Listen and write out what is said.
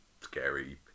scary